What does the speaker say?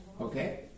Okay